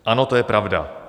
Ano, to je pravda.